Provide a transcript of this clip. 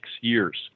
years